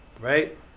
Right